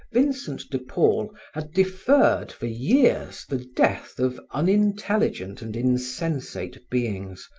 vincent de paul had deferred for years the death of unintelligent and insensate beings,